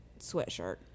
sweatshirt